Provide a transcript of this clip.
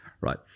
right